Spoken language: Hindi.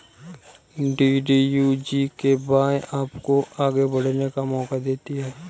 डी.डी.यू जी.के.वाए आपको आगे बढ़ने का मौका देती है